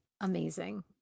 amazing